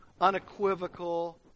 unequivocal